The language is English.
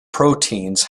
proteins